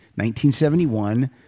1971